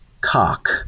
cock